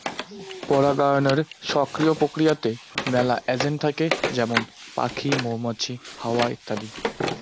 পরাগায়নের সক্রিয় প্রক্রিয়াতে মেলা এজেন্ট থাকে যেমন পাখি, মৌমাছি, হাওয়া ইত্যাদি